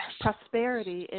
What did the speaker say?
prosperity